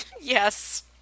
Yes